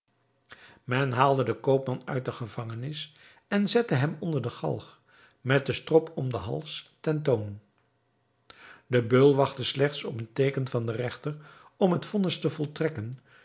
men haalde den koopman uit de gevangenis en zette hem onder de galg met den strop om den hals ten toon de beul wachtte slechts op een teeken van den regter om het vonnis te voltrekken